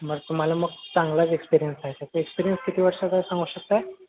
बरं तुम्हाला मग चांगलाच एक्सपिरियन्स आहे सर तर एक्सपिरियन्स किती वर्षाचा आहे सांगू शकता